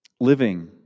Living